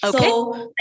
Okay